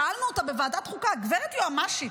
שאלנו אותה בוועדת החוקה: גברת יועמ"שית,